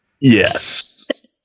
Yes